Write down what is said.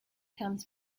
comes